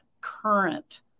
current